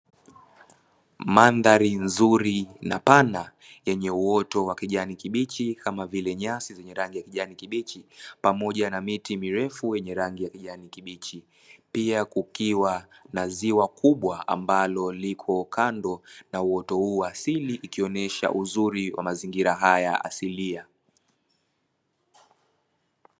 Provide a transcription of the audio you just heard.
Mandhari nzuri na pana yenye uoto wa kijani kibichi kama vile nyasi zenye rangi ya kijani kibichi pamoja na miti mirefu yenye rangi ya kijani kibichi, pia kukiwa na ziwa kubwa ambalo liko kando na uoto huu wa asili ikionyesha uzuri wa mazingira haya asilia.